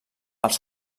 als